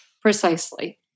Precisely